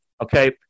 Okay